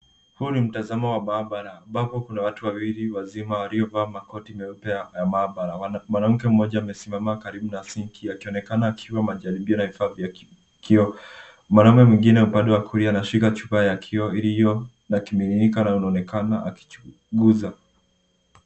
Huu ni mtazamo wa maabara ambapo kuna watu wawili wazima waliovaa makoti ya maabara. Mwanamke mmoja amesimama karibu na sinki akionekana akiwa majaribio na vifaa vya kioo. Mwanamume mwingine upande wakulia anashika chupa ya kioo iliyo na kimiminika na unaonekana akichunguza.